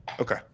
Okay